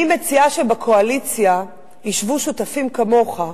אני מציעה שבקואליציה ישבו שותפים כמוך,